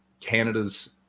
canada's